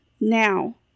now